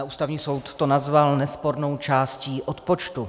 Ústavní soud to nazval nespornou částí odpočtu.